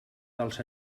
dels